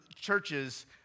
churches